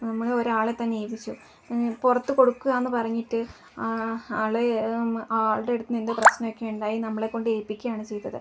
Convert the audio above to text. നമ്മൾ ഒരാളെ തന്നെ ഏൽപ്പിച്ചു പുറത്തു കൊടുക്കുകയെന്നു പറഞ്ഞിട്ട് ആളെ ആളുടെ അടുത്ത് എന്ത് പ്രശ്നമൊക്കെ ഉണ്ടായി നമ്മളെ കൊണ്ട് ഏൽപ്പിക്കുകയാണ് ചെയ്തത്